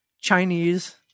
Chinese